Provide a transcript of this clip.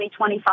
2025